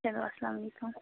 چلو اسلام وعلیکُم